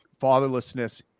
fatherlessness